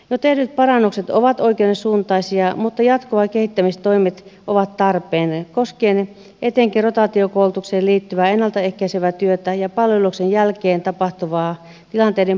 jo tehdyt parannukset ovat oikean suuntaisia mutta jatkuvat kehittämistoimet ovat tarpeen koskien etenkin rotaatiokoulutukseen liittyvää ennalta ehkäisevää työtä ja palveluksen jälkeen tapahtuvaa tilanteiden purkua ja jälkiseurantaa